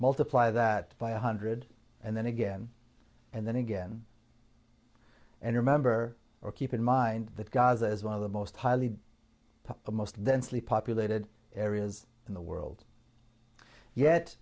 multiply that by a hundred and then again and then again and remember or keep in mind that gaza is one of the most highly of most densely populated areas in the world yet